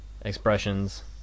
expressions